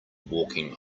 walking